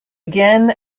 again